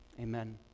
amen